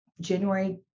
January